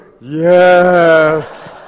yes